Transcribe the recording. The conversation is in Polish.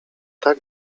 tak